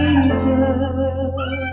Jesus